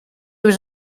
was